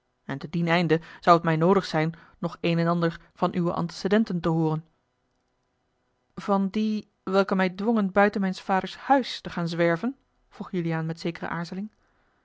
en te dien einde zou het mij noodig zijn nog een en ander van uwe antecedenten te hooren van die welke mij dwongen buiten mijns vaders huis te gaan zwerven vroeg juliaan met zekere